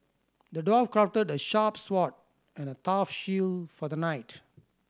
the dwarf crafted a sharp sword and a tough shield for the knight